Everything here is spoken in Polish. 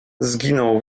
zginął